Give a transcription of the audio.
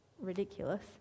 ridiculous